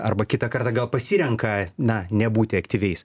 arba kitą kartą gal pasirenka na nebūti aktyviais